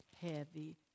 Heavy